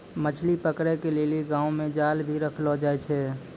मछली पकड़े के लेली गांव मे जाल भी रखलो जाए छै